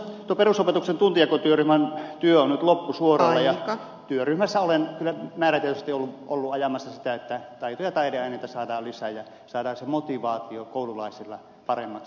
perusopetuksen tuntijakotyöryhmän työ on nyt loppusuoralla ja työryhmässä olen kyllä määrätietoisesti ollut ajamassa sitä että taito ja taideaineita saadaan lisää ja saadaan se motivaatio koululaisilla paremmaksi